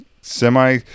semi